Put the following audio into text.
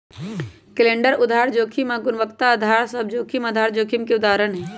calendar आधार जोखिम आऽ गुणवत्ता अधार सभ जोखिम आधार जोखिम के उदाहरण हइ